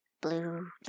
blue